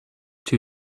too